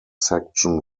section